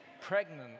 pregnant